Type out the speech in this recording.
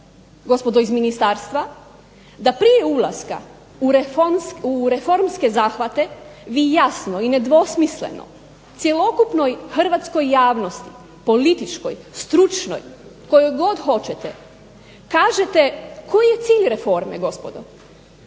gospodo iz ministarstva da prije ulaska u reformske zahvate vi jasno i nedvosmisleno cjelokupnoj hrvatskoj javnosti, političkoj, stručnoj, kojoj god hoćete, kažete koji je cilj reforme gospodo,